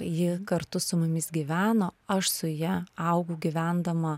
ji kartu su mumis gyveno aš su ja augu gyvendama